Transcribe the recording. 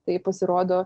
tai pasirodo